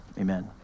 amen